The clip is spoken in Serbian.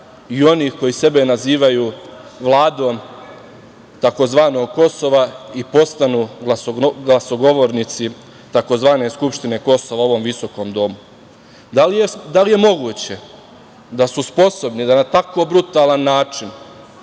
i onih koji sebe nazivaju vladom tzv. Kosova i postanu glasogovornici tzv. skupštine Kosova u ovom Visokom domu. Da li je moguće da su sposobni da na tako brutalan način